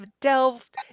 delved